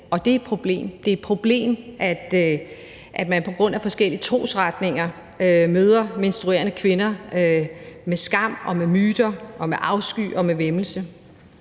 og det er et problem. Det er et problem, at man på grund af forskellige trosretninger møder menstruerende kvinder med skam og med myter og med afsky og med væmmelse,